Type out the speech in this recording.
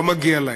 לא מגיע להם.